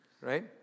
right